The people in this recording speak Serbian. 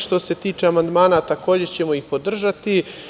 Što se tiče amandmana takođe ćemo ih podržati.